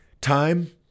time